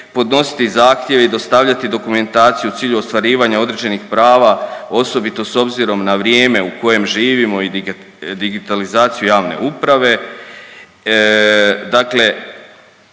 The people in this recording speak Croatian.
podnositi zahtjev i dostavljati dokumentaciju u cilju ostvarivanja određenih prava osobito s obzirom na vrijeme u kojem živimo i digitalizaciju javne uprave.